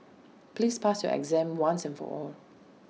please pass your exam once and for all